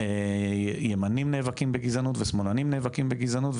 ימנים נאבקים בגזענות ושמאלנים נאבקים בגזענות,